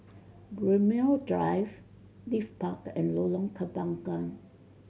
Braemar Drive Leith Park and Lorong Kembagan